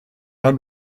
had